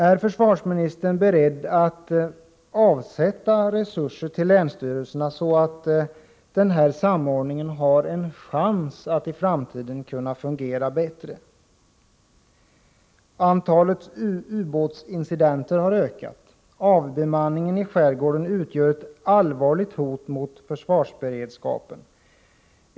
Är försvarsministern beredd att avsätta resurser till länsstyrelserna, så att samordningen har en chans att fungera bättre i framtiden? Antalet ubåtsincidenter har ökat. Avbemanningen i skärgården utgör ett allvarligt hot mot vår försvarsberedskap.